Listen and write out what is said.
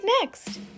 next